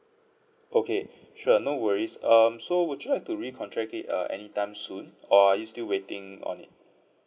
okay sure no worries um so would you like to re-contract it uh anytime soon or are you still waiting on it